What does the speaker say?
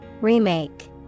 Remake